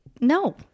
No